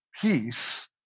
peace